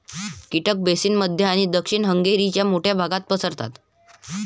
कीटक बेसिन मध्य आणि दक्षिण हंगेरीच्या मोठ्या भागात पसरतात